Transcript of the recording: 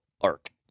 arc